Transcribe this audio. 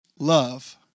love